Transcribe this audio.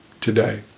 today